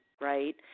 right